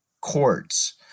courts